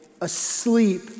asleep